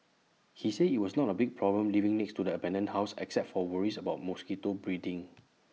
he said IT was not A big problem living next to the abandoned house except for worries about mosquito breeding